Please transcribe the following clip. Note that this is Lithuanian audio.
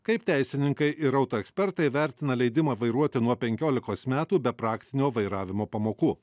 kaip teisininkai ir auto ekspertai vertina leidimą vairuoti nuo penkiolikos metų be praktinio vairavimo pamokų